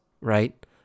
right